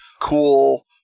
cool